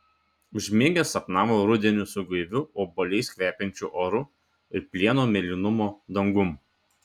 užmigęs sapnavo rudenį su gaiviu obuoliais kvepiančiu oru ir plieno mėlynumo dangum